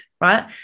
right